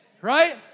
Right